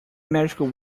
magical